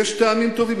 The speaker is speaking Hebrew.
יש טעמים טובים.